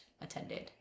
attended